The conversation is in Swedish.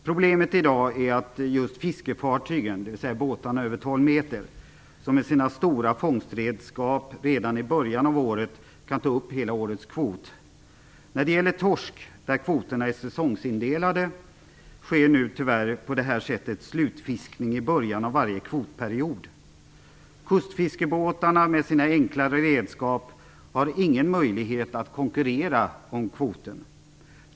Problemet i dag är just att fiskefartygen, dvs. båtarna över 12 meter, med sina stora fångstredskap redan i början av året kan ta upp hela årets kvot. När det gäller torsk, där kvoterna är säsongsindelade, sker nu tyvärr på det här sättet slutfiskning i början av varje kvotperiod. Kustfiskebåtarna med sina enklare redskap har ingen möjlighet att konkurrera om kvoten.